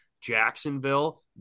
Jacksonville